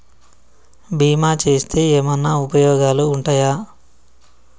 బీమా చేస్తే ఏమన్నా ఉపయోగాలు ఉంటయా?